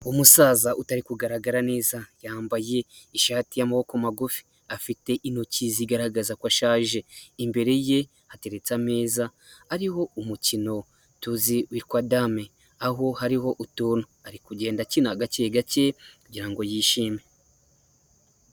Umusaza utari kugaragara neza, yambaye ishati y'amaboko magufi, afite intoki zigaragaza ko ashaje, imbere ye hateretse ameza ariho umukino tuzi witwa dame, aho hariho utuntu, ari kugenda akina gake gake kugira ngo yishime.